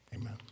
amen